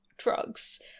Drugs